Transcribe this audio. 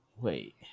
Wait